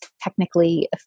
technically